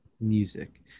music